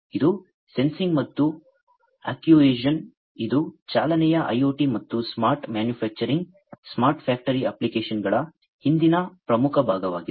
ಇದು ಸೆನ್ಸಿಂಗ್ ಮತ್ತು ಆಕ್ಚುಯೇಶನ್ ಇದು ಚಾಲನೆಯ IoT ಮತ್ತು ಸ್ಮಾರ್ಟ್ ಮ್ಯಾನುಫ್ಯಾಕ್ಚರಿಂಗ್ ಸ್ಮಾರ್ಟ್ ಫ್ಯಾಕ್ಟರಿ ಅಪ್ಲಿಕೇಶನ್ಗಳ ಹಿಂದಿನ ಪ್ರಮುಖ ಭಾಗವಾಗಿದೆ